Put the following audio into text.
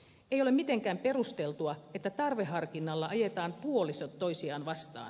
ei ole mitenkään perusteltua että tarveharkinnalla ajetaan puolisot toisiaan vastaan